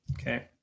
Okay